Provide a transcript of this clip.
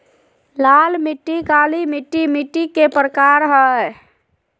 लाल मिट्टी, काली मिट्टी मिट्टी के प्रकार हय